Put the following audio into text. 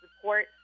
support